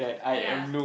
ya